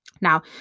Now